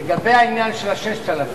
לגבי העניין של ה-6,000,